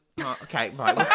Okay